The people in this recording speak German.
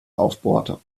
aufbohrte